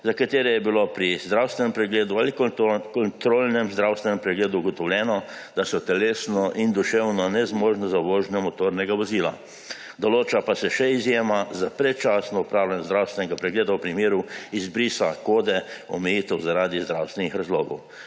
za katere je bilo pri zdravstvenem pregledu ali kontrolnem zdravstvenem pregledu ugotovljeno, da so telesno in duševno nezmožni za vožnjo motornega vozila. Določa pa se še izjema za predčasno opravljanje zdravstvenega pregleda v primeru izbrisa kode omejitev zaradi zdravstvenih razlogov.